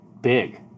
big